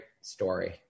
story